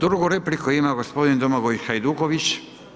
Drugu repliku ima gospodin Domagoj Hajduković.